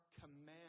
command